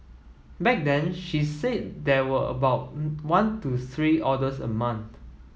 back then she said there were about one to three orders a month